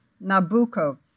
Nabucco